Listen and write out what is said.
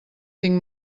tinc